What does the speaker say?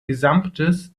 gesamtes